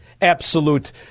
absolute